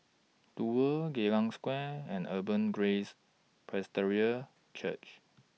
Duo Geylang Square and Abundant Grace Presbyterian Church